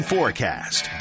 Forecast